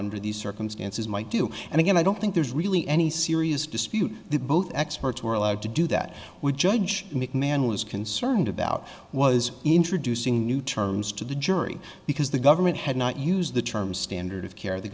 under these circumstances might do and again i don't think there's really any serious dispute both experts were allowed to do that would judge mcmahon was concerned about was introducing new terms to the jury because the government had not used the term standard of care the